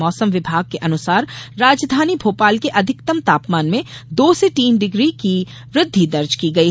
मौसम विभाग के अनुसार राजधानी भोपाल के अधिकतम तापमान में दो से तीन डिग्री की वृद्धि दर्ज की गयी